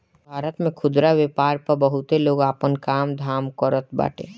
भारत में खुदरा व्यापार पअ बहुते लोग आपन काम धाम करत बाटे